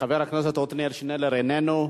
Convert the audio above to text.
חבר הכנסת עתניאל שנלר, איננו.